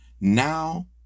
now